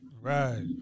right